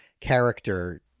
character